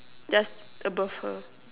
just above her